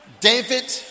David